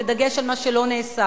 בדגש על מה שלא נעשה.